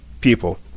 people